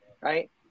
right